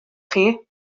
chi